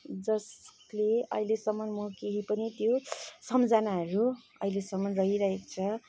जसले अहिलेसम्म म केही पनि त्यो सम्झनाहरू अहिलेसम्म रहिरहेको छ